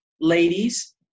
ladies